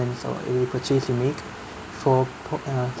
or any purchase you make for uh